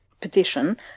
petition